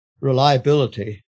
reliability